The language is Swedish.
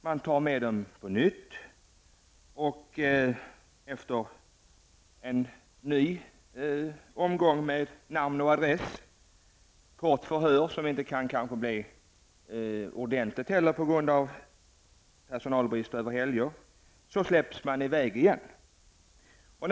Man tar med dem på nytt, och efter en ny omgång med namn och adress samt kort förhör, som kanske inte kan bli ordentligt på grund av personalbrist över helger, släpper man i väg dem igen.